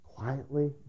quietly